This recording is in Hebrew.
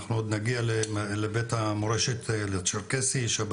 אנחנו עוד נגיע לבית המורשת הצ'רקסי בו